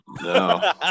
No